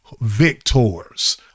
victors